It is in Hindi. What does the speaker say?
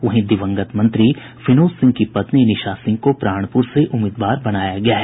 वहीं दिवंगत मंत्री विनोद सिंह की पत्नी निशा सिंह को प्राणपुर से उम्मीदवार बनाया गया है